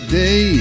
day